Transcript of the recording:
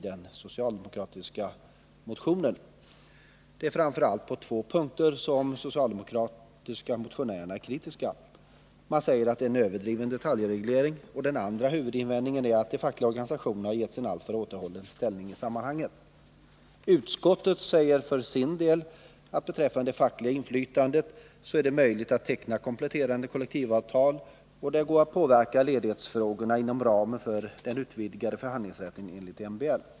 Det är framför allt på två punkter som de socialdemokratiska motionä TAR ä rara Bables ningsuppdrag rerna är kritiska: Man Säger att det är en överdriven detaljreglering Sant att inom 'skolan, de fackliga organisationerna har getts en alltför återhållen ställning im m sammanhanget. Utskottet säger för sin del att beträffande det fackliga inflytandet är det möjligt att teckna kompletterande kollektivavtal och att det går att påverka ledighetsfrågorna inom ramen för den utvidgade förhandlingsrätten enligt MBL.